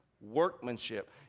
workmanship